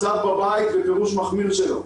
מצב בבית ופירוש מחמיר שלו,